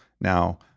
Now